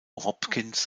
hopkins